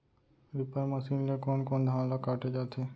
Reaper machine ले कोन कोन धान ल काटे जाथे?